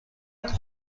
کنیم